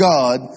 God